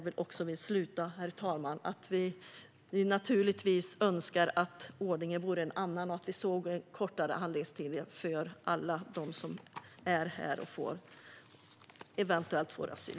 Vi önskar naturligtvis att ordningen vore en annan och att vi såg kortare handläggningstider för alla dem som är här och eventuellt får asyl.